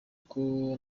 uko